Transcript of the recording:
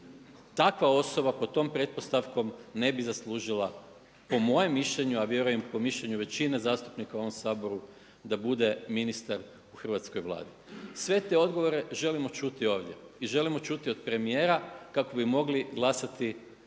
takva osoba pod tom pretpostavkom ne bi zaslužila po mojem mišljenju, a vjerujem i po mišljenju većine zastupnike u ovom Saboru, da bude ministar u hrvatskoj Vladi. Sve te odgovore želimo čuti ovdje i želimo čuti od premijera kako bi mogli glasati